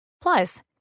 Plus